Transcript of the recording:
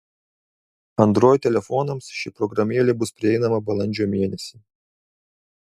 android telefonams ši programėlė bus prieinama balandžio mėnesį